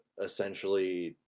essentially